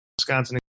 Wisconsin